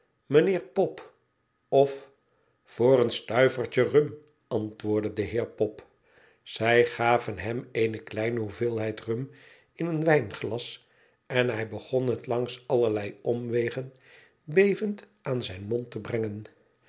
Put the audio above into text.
mijnheer pop of voor een stuivertje rum antwoordde de heer pop zij gaven hem eene kleine hoeveelheid rum in een wijnglas en hij begon het langs allerlei omwegen bevend aan zijn mond te brengen